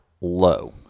low